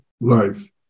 life